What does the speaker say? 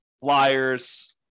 flyers